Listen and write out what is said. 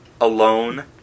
alone